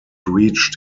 reached